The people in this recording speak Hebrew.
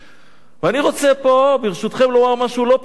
ואני רוצה פה, ברשותכם, לומר משהו לא פופולרי,